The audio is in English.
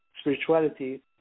spirituality